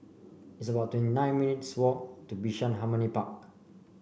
it's about twenty nine minutes' walk to Bishan Harmony Park